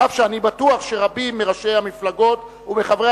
אף שאני בטוח שרבים מראשי המפלגות ומחברי